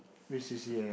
which C_C_A ah